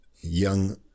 young